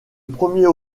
premier